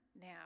now